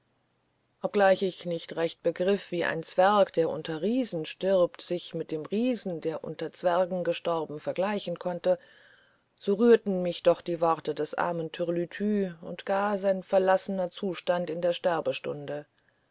obgleich ich nicht recht begriff wie ein zwerg der unter riesen stirbt sich mit dem riesen der unter zwergen gestorben vergleichen konnte so rührten mich doch die worte des armen türlütü und gar sein verlassener zustand in der